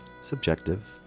Subjective